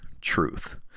truth